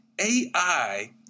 AI